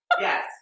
Yes